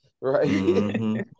right